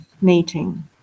meeting